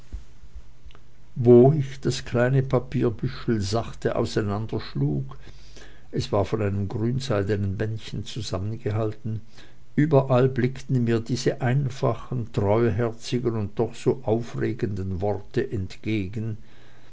wo ich das kleine papierbüschel sachte auseinanderschlug es war von einem grünseidenen bändchen zusammengehalten überall blickten mir diese einfachen treuherzigen und doch so aufregenden worte entgegen